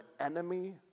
enemy